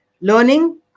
learning